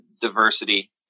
diversity